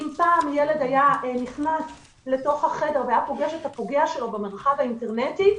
אם פעם ילד היה נכנס לתוך החדר והיה פוגש את הפוגע שלו במרחב האינטרנטי,